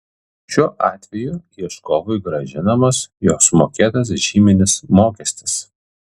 šiuo atveju ieškovui grąžinamas jo sumokėtas žyminis mokestis